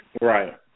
right